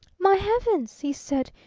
my heavens! he said.